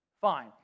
Fine